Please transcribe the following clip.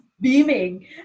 beaming